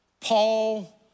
Paul